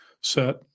set